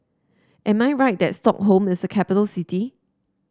am I right that Stockholm is a capital city